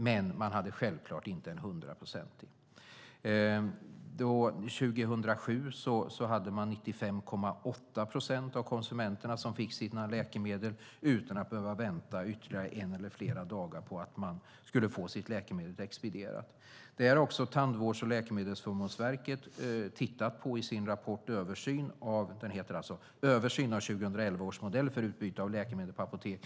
Men man hade givetvis inte en hundraprocentig täckning. År 2007 var det 95,8 procent av konsumenterna som fick sina läkemedel utan att behöva vänta ytterligare en eller flera dagar på att få sitt läkemedel expedierat. Detta har också Tandvårds och läkemedelsförmånsverket tittat på i sin rapport Översyn av 2011 års modell för utbyte av läkemedel på apotek .